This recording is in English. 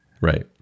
Right